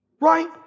Right